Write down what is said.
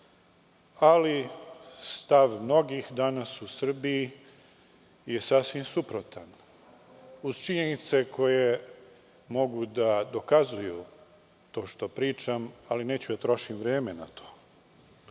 ali stav mnogih danas u Srbiji je sasvim suprotan uz činjenice koje mogu da dokazuju to što pričam, ali neću da trošim vreme na